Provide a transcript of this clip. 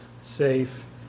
safe